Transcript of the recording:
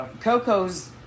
Coco's